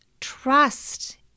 trust